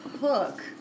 hook